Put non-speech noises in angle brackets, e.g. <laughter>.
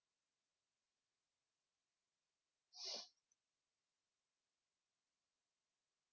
<noise>